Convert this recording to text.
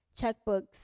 checkbooks